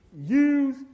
use